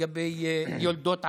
לגבי יולדות ערביות.